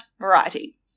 variety